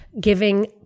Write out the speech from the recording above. giving